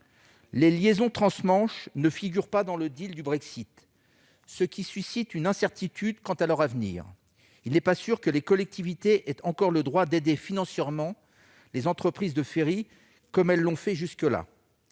Les liaisons trans-Manche ne figurent pas dans le du Brexit, ce qui suscite une incertitude quant à leur avenir. Il n'est pas certain que les collectivités aient encore le droit d'aider financièrement les entreprises de ferries comme elles l'ont fait jusqu'à